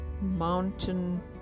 mountain